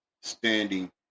standing